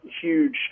huge